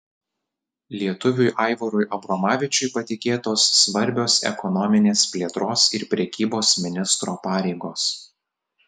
lietuviui aivarui abromavičiui patikėtos svarbios ekonominės plėtros ir prekybos ministro pareigos